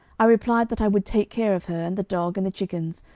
i replied that i would take care of her, and the dog, and the chickens,